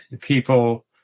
people